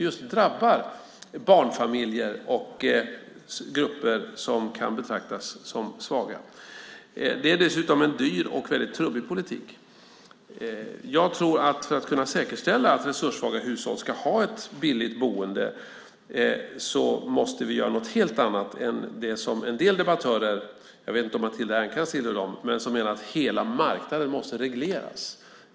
Det drabbar barnfamiljer och grupper som kan betraktas som svaga. Det är dessutom en dyr och väldigt trubbig politik. Jag tror att för att kunna säkerställa att resurssvaga hushåll ska ha ett billigt boende måste vi göra något helt annat än det som en del debattörer - jag vet inte om Matilda Ernkrans tillhör dem - menar, att hela marknaden måste regleras.